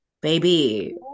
baby